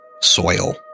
soil